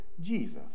Jesus